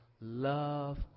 love